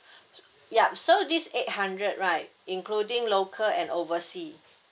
yup so this eight hundred right including local and oversea